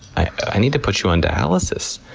i need to put you on dialysis.